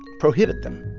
prohibit them.